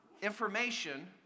Information